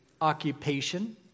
occupation